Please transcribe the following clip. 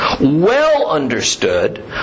well-understood